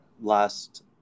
Last